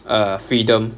err freedom